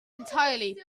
entirely